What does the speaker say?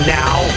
now